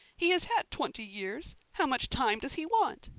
he has had twenty years. how much time does he want?